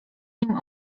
nim